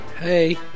Hey